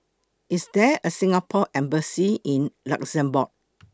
IS There A Singapore Embassy in Luxembourg